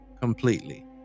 completely